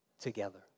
together